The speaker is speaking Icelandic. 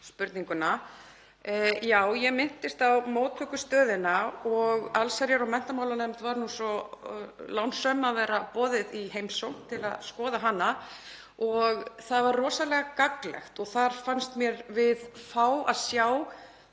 Ég minntist á móttökustöðina og allsherjar- og menntamálanefnd var svo lánsöm að vera boðin í heimsókn til að skoða hana. Það var rosalega gagnlegt og þar fannst mér við fá að sjá